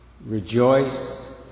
Rejoice